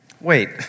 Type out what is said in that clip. Wait